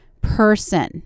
person